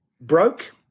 broke